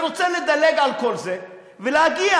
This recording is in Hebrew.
אני רוצה לדלג על כל זה ולהגיע